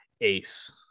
ACE